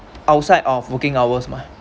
outside of working hours mah